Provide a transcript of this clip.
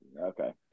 Okay